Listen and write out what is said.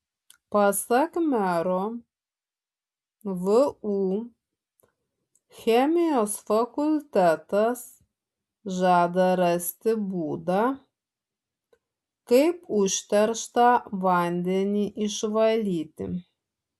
pasak mero vu chemijos fakultetas žada rasti būdą kaip užterštą vandenį išvalyti